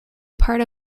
part